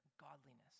godliness